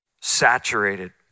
saturated